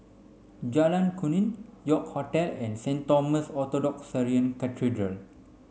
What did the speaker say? Jalan Kemuning York Hotel and Saint Thomas Orthodox Syrian Cathedral